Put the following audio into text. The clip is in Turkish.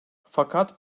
fakat